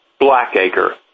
Blackacre